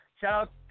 Shout